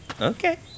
Okay